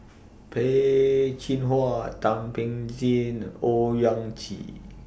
Peh Chin Hua Thum Ping Tjin Owyang Chi